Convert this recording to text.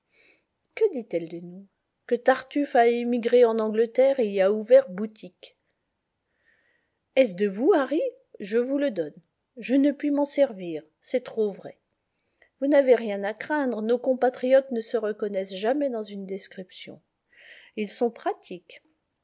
que dit-elle de nous que tartuffe a émigré en angleterre et y a ouvert boutique est-ce de vous harry je vous le donne je ne puis m'en servir c'est trop vrai vous n'avez rien à craindre nos compatriotes ne se reconnaissent jamais dans une description ils sont pratiques